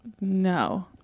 No